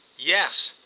yes,